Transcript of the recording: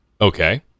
Okay